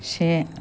से